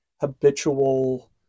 habitual